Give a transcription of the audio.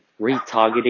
retargeting